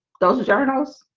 those are journals.